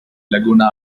laguna